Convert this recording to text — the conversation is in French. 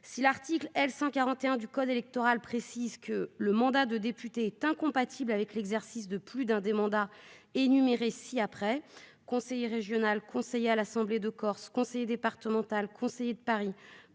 L'article L.O. 141 du code électoral précise que « le mandat de député est incompatible avec l'exercice de plus d'un des mandats énumérés ci-après : conseiller régional, conseiller à l'Assemblée de Corse, conseiller départemental, conseiller de Paris,